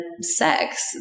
sex